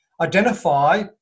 identify